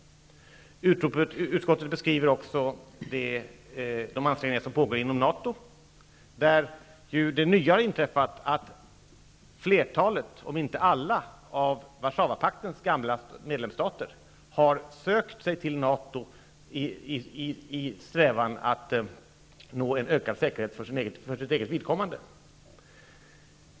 Utskottet nämner de ansträngningar som pågår inom NATO. Det nya som inträffat är ju att flertalet, om inte alla, av Warszawapaktens medlemsstater har sökt sig till NATO i strävan att nå en ökad säkerhet för sitt eget vidkommande.